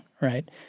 right